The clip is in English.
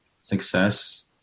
success